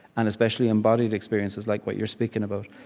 and especially embodied experiences like what you're speaking about,